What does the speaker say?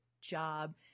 job